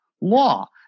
law